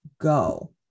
go